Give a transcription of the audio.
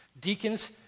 Deacons